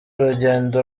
rugendo